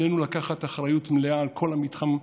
עלינו לקחת אחריות מלאה על כל המתחם,